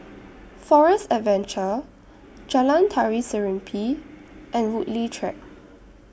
Forest Adventure Jalan Tari Serimpi and Woodleigh Track